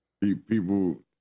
people